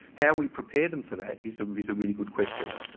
how we prepare them for that is is a really good question.